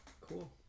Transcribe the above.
Cool